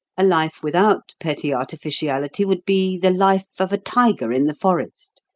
a life without petty artificiality would be the life of a tiger in the forest.